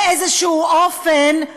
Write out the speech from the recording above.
באיזשהו אופן,